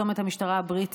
צומת המשטרה הבריטית,